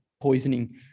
poisoning